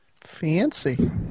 Fancy